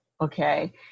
okay